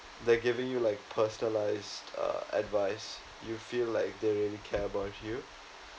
they're giving you like personalized uh advice you feel like they really care about you